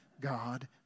God